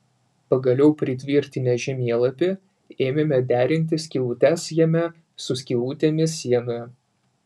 pagaliau pritvirtinę žemėlapį ėmėme derinti skylutes jame su skylutėmis sienoje